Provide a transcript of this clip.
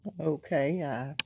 Okay